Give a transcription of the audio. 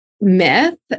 myth